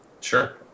Sure